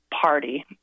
party